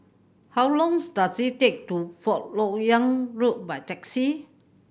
how long does it take to Fourth Lok Yang Road by taxi